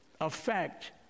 affect